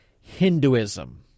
Hinduism